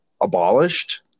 abolished